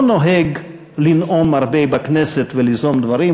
לא נוהג לנאום הרבה בכנסת וליזום דברים,